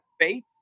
Faith